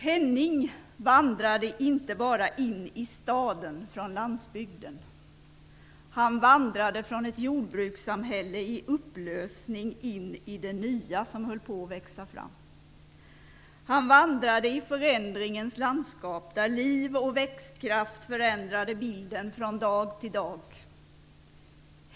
Henning vandrade inte bara in i staden från landsbygden. Han vandrade från ett jordbrukssamhälle i upplösning in i det nya som höll på att växa fram. Han vandrade i förändringens landskap, där liv och växtkraft förändrade bilden från dag till dag.